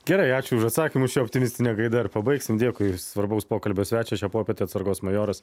gerai ačiū už atsakymus šia optimistine gaida ir pabaigsim dėkui svarbaus pokalbio svečias šią popietę atsargos majoras